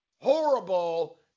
horrible